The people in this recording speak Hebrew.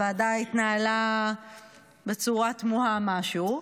הוועדה התנהלה בצורה תמוהה משהו.